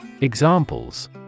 Examples